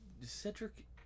Cedric